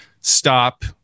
stop